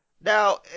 Now